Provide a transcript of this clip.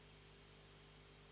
Hvala.